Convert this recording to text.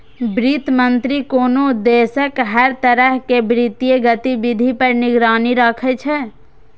वित्त मंत्री कोनो देशक हर तरह के वित्तीय गतिविधि पर निगरानी राखै छै